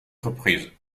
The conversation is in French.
reprises